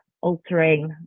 altering